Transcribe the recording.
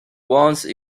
once